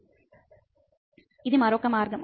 ఇది మరొక మార్గం